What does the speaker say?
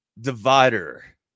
divider